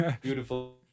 Beautiful